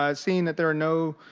ah seeing that there are no